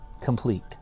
complete